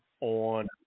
on